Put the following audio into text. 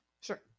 Sure